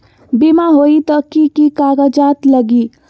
बिमा होई त कि की कागज़ात लगी?